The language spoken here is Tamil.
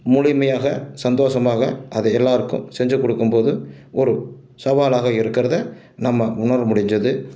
முழுமையாக சந்தோஷமாக அதை எல்லோருக்கும் செஞ்சு கொடுக்கும் போது ஒரு சவாலாக இருக்கிறத நம்ம உணர முடிஞ்சுது